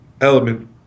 element